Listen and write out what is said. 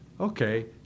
Okay